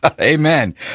Amen